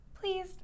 please